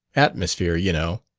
atmosphere, you know.